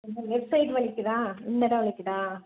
எங்கே left side வலிக்குதா இந்த எடம் வலிக்குதா